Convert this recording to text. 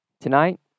Tonight